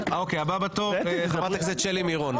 אוקיי, הבאה בתור חברת הכנסת שלי מירון.